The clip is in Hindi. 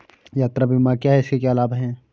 यात्रा बीमा क्या है इसके क्या लाभ हैं?